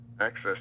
access